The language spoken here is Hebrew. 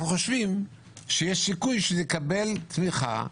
חושבים שיש סיכוי שיקבל תמיכה במליאה.